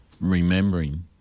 remembering